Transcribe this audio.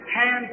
hands